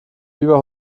über